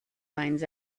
finds